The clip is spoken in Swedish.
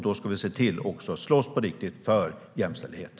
Då ska vi också se till att på riktigt slåss för jämställdheten.